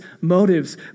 motives